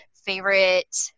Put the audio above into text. favorite